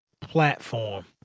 platform